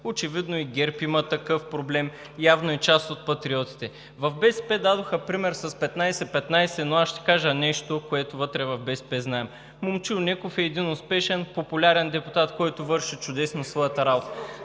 Очевидно и ГЕРБ има такъв проблем. Явно и част от Патриотите. В БСП дадоха пример с 15/15, но аз ще кажа нещо, което вътре в БСП знаем. Момчил Неков е един успешен, популярен депутат, който върши чудесно своята работа